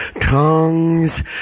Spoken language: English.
Tongues